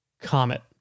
Comet